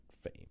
fame